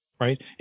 right